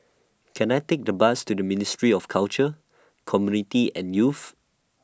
Can I Take The Bus to The Ministry of Culture Community and Youth